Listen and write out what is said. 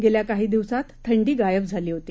गेल्या काही दिवसात थंडी गायब झाली होती